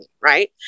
right